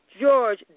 George